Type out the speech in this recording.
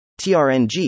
trng